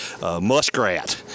Muskrat